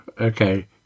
Okay